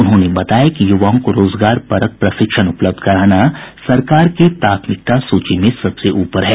उन्होंने बताया कि युवाओं को रोजगार परक प्रशिक्षण उपलब्ध कराना सरकार की प्राथमिकता सूची में सबसे ऊपर है